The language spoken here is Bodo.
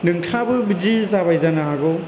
नोंथाङाबो बिदि जाबाय जानो हागौ